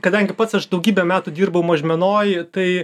kadangi pats aš daugybę metų dirbau mažmenoj tai